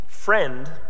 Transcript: friend